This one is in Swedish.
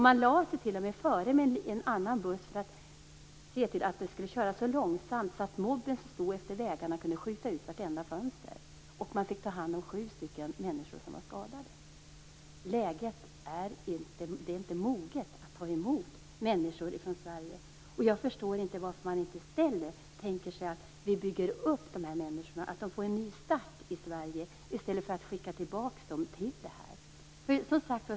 Man lade sig t.o.m. före med en annan buss för att se till att de skulle köra så långsamt att mobben som stod utefter vägarna kunde skjuta ut varenda fönster, och de fick ta hand om sju människor som var skadade. Läget är inte moget för att man skall kunna ta emot människor från Sverige. Jag förstår inte varför man inte kan tänka sig att bygga upp dessa människor och ge dem en ny start i Sverige i stället för att skicka tillbaka dem till detta.